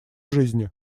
жизни